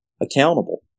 accountable